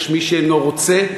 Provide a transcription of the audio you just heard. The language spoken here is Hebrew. יש מי שאינו רוצה,